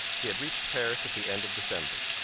he had reached paris at the end of december.